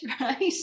right